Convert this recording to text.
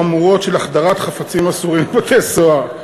חמורות של החדרת חפצים אסורים לבתי-הסוהר.